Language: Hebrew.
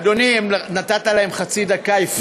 אדוני, נתת להם חצי דקה, הפריעו לי.